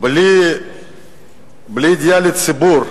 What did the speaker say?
בלי ליידע את הציבור,